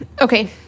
okay